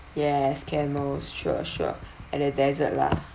yes camel sure sure and the desert lah